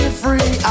free